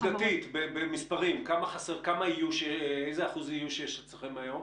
עובדתית במספרים, איזה אחוז איוש יש אצלכם היום?